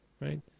right